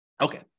Okay